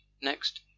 Next